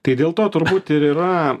tai dėl to turbūt ir yra